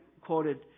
quoted